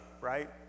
right